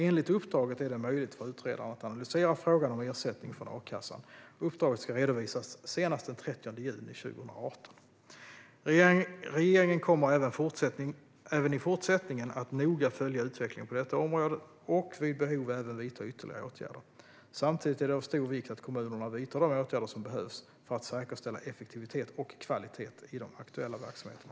Enligt uppdraget är det möjligt för utredaren att analysera frågan om ersättning från a-kassan. Uppdraget ska redovisas senast den 30 juni 2018. Regeringen kommer även i fortsättningen att noga följa utvecklingen på detta område och vid behov även vidta ytterligare åtgärder. Samtidigt är det av stor vikt att kommunerna vidtar de åtgärder som behövs för att säkerställa effektivitet och kvalitet i de aktuella verksamheterna.